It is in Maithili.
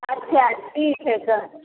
अच्छा ठीक हइ तऽ